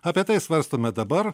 apie tai svarstome dabar